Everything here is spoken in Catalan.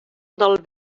del